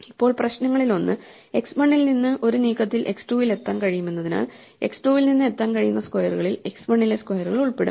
ഇപ്പോൾ പ്രശ്നങ്ങളിലൊന്ന് x 1 ഇൽ നിന്ന് ഒരു നീക്കത്തിൽ x2 ൽ എത്താൻ കഴിയുമെന്നതിനാൽ x 2 ൽ നിന്ന് എത്താൻ കഴിയുന്ന സ്ക്വയറുകളിൽ x 1 ലെ സ്ക്വയറുകൾ ഉൾപ്പെടും